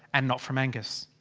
and not from angus.